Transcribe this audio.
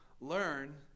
learn